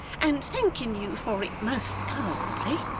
and thanking you for it most kindly,